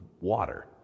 water